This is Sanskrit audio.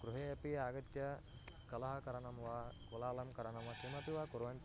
गृहे अपि आगत्य कलहकरणं वा कोलाहलकरणं वा किमपि वा कुर्वन्ति